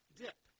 dip